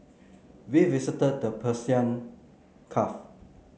we visited the Persian Gulf